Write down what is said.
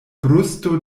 brusto